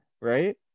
right